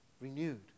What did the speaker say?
renewed